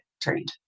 trained